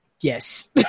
Yes